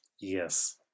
Yes